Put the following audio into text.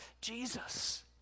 Jesus